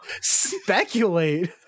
Speculate